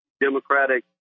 democratic